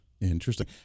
Interesting